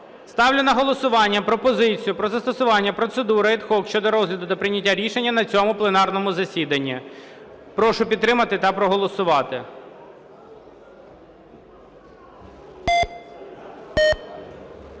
ставлю на голосування пропозицію про застосування процедури ad hoc щодо розгляду та прийняття рішення на цьому пленарному засіданні. Прошу підтримати та проголосувати.